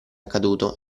accaduto